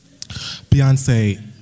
Beyonce